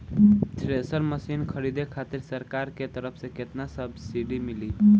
Thresher machine खरीदे खातिर सरकार के तरफ से केतना सब्सीडी मिली?